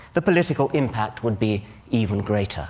the political impact would be even greater